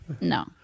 no